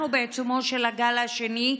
אנחנו בעיצומו של הגל השני,